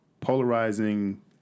polarizing